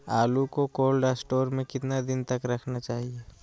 आलू को cold store में कितना दिन तक रखना चाहिए?